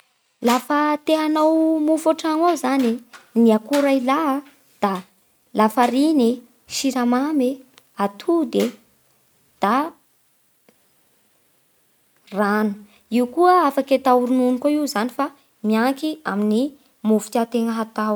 Lafa te hanao mofo an-tragno ao zany e ny akora ilaa da lafariny e, siramamy e, atody e, da rano. Io koa afaky atao ronono koa io zany fa mianky amin'ny mofo tia tegna atao.